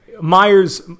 Myers –